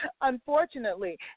unfortunately